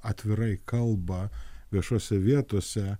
atvirai kalba viešose vietose